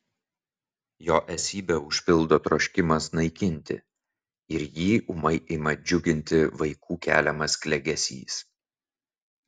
jo esybę užpildo troškimas naikinti ir jį ūmai ima džiuginti vaikų keliamas klegesys